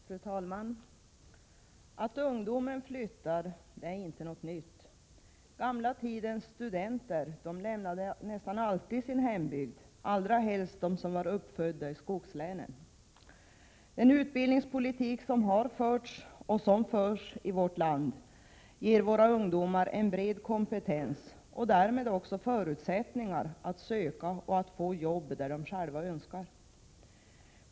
Fru talman! Att ungdomar flyttar är inte något nytt. Den gamla tidens studenter lämnade nästan alltid sin hembygd, särskilt de som var uppfödda i skogslänen. Den utbildningspolitik som har förts och som förs i vårt land ger våra ungdomar en bred kompetens och därmed också förutsättningar att söka och få jobb där de själva önskar.